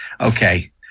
Okay